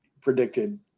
predicted